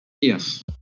Yes